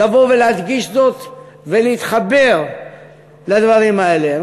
לבוא ולהדגיש זאת ולהתחבר לדברים האלה.